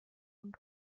und